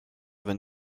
wenn